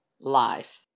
life